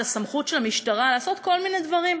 את הסמכות של המשטרה לעשות כל מיני דברים,